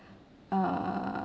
err